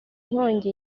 nkongi